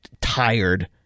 Tired